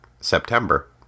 September